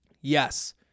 Yes